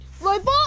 Robot